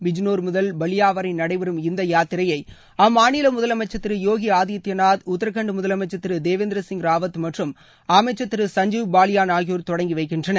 பிஜ்னோர் முதல் பல்லியா வரை நடைபெறம் இந்த யாத்திரையை அம்மாநில முதலமைச்சர் திரு யோகி ஆதித்யநாத் உத்தராகாள்ட் முதலனமச்சர் திரு தேவேந்திர சிங் ராவத் மற்றும் அமைச்சர் திரு சஞ்சீவ் பாலியான் அகியோர் தொடங்கி வைக்கின்றனர்